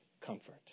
comfort